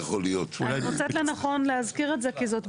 אבל, אני מוצאת לנכון להזכיר את זה כי זו בעיה.